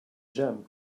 jam